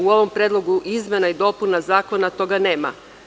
U ovom predlogu izmena i dopuna zakona toga nema.